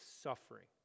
suffering